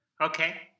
Okay